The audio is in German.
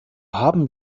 haben